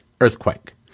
earthquake